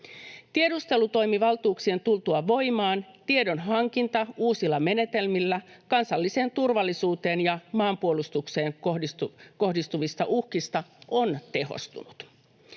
Tiedustelutoimivaltuuksien tultua voimaan tiedonhankinta uusilla menetelmillä kansalliseen turvallisuuteen ja maanpuolustukseen kohdistuvista uhkista on tehostunut.